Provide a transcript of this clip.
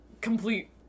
complete